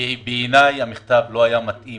בעיני לא היה מתאים